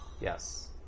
Yes